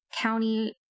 County